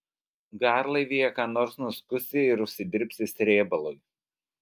garlaivyje ką nors nuskusi ir užsidirbsi srėbalui